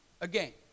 again